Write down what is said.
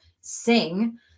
sing